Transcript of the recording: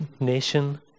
nation